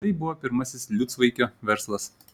tai buvo pirmasis liucvaikio verslas